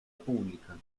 pública